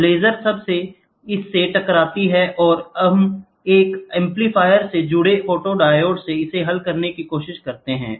तो लेजर इससे टकराती है और हम एक एम्पलीफायर से जुड़े फोटोडायोड से इसे हल करने की कोशिश करते हैं